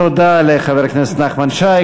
תודה לחבר הכנסת נחמן שי.